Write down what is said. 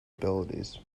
abilities